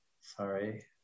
Sorry